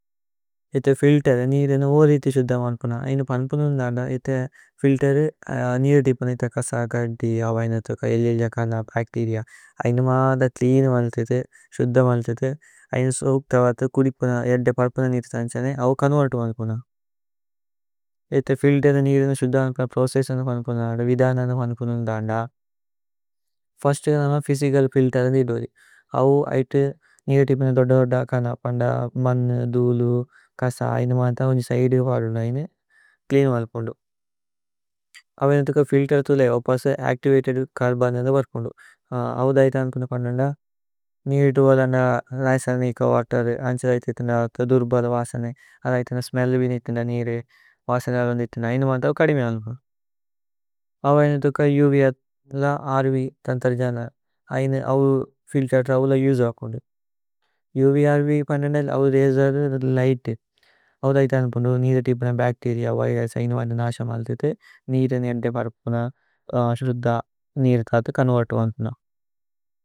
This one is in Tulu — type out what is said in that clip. ഏത ഫില്തേര് ഏ നീരിനു ഓരി ഇതി ശുദ്ധ। മന്പുന ഐന പന്പുന ഉന്ദന്ദ ഏത ഫില്തേര്। നീരു തിപുന ഇത കസകതിഅ। വൈനതുക ഏല്ജല്ജകന, ബച്തേരിഅ ഐന। മാദ ച്ലേഅന് മല്ഥിഥു ശുദ്ധ മല്ഥിഥു। ഐന സോഖ്തവഥു കുദിപുന ഏദ്ദ പല്പുന। നീരു തന്ഛനേ। അഓ കനുവരതു മന്പുന। ഏത ഫില്തേരു നീരു തിപുന ശുദ്ധ മന്പുന്പ്രോ। ചേസ്സു മന്പുന ഉന്ദന്ദ വിദന മന്പുന ഉന്ദന്ദ।